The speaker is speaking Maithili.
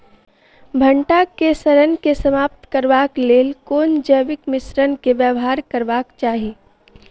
भंटा केँ सड़न केँ समाप्त करबाक लेल केँ जैविक मिश्रण केँ व्यवहार करबाक चाहि?